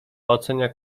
ocenia